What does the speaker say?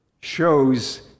shows